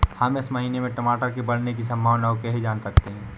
हम इस महीने में टमाटर के बढ़ने की संभावना को कैसे जान सकते हैं?